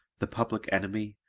the public enemy,